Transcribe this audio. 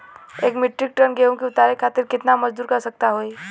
एक metric ton गेहूँ के उतारे खातीर कितना मजदूर क आवश्यकता होई?